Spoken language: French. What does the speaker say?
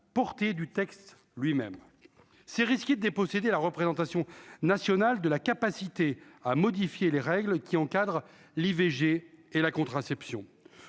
portée du texte lui-même, c'est risquer de déposséder la représentation nationale, de la capacité à modifier les règles qui encadrent l'IVG et la contraception,